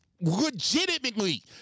Legitimately